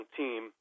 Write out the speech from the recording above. team